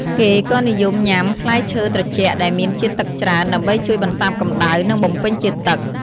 គេក៏និយមញុំា ផ្លែឈើត្រជាក់ដែលមានជាតិទឹកច្រើន ដើម្បីជួយបន្សាបកម្ដៅ និងបំពេញជាតិទឹក។